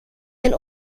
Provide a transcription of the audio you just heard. and